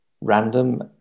random